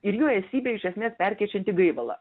ir jo esybę iš esmės perkeičiantį gaivalą